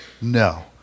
No